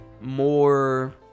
more